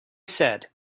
said